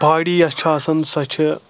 body یۄس چھِ آسان سۄ چھِ